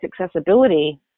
accessibility